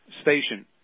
station